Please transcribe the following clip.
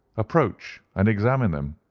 approach, and examine them!